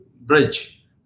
bridge